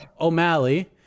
O'Malley